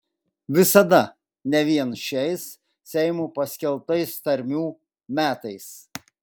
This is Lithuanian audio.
visada ne vien šiais seimo paskelbtais tarmių metais